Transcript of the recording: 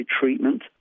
treatment